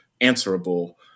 answerable